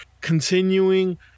continuing